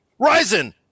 Ryzen